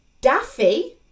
daffy